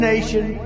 nation